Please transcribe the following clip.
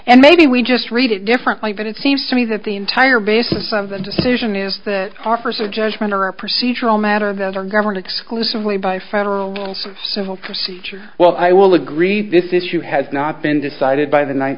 and maybe we just read it differently but it seems to me that the entire basis of the decision is that our for so judgment or a procedural matter that are governed exclusively by federal civil procedure well i will agree this issue has not been decided by the ninth